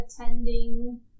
attending